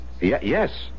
yes